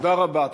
תודה רבה.